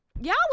y'all